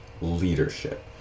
leadership